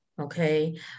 Okay